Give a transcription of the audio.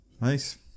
Nice